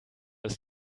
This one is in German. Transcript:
ist